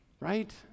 right